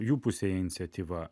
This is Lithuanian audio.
jų pusėje iniciatyva